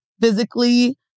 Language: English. physically